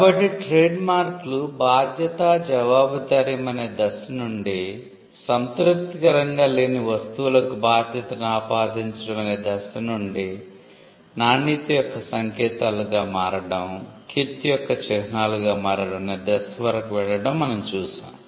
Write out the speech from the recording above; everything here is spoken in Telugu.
కాబట్టి ట్రేడ్మార్క్లు బాధ్యతజవాబుదారీతనం అనే దశ నుండి సంతృప్తికరంగా లేని వస్తువులకు బాధ్యతను ఆపాదించడం అనే దశ నుండి నాణ్యత యొక్క సంకేతాలుగా మారడం కీర్తి యొక్క చిహ్నాలుగా మారడం అనే దశ వరకు వెళ్ళడం మనం చూశాము